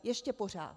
Ještě pořád.